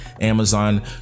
Amazon